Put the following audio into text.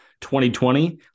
2020